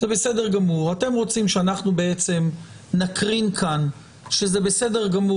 האם נכון לקבוע עיקרון מנחה כאן שמקום שבו יש חזקה של מסירת המסר,